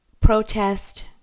protest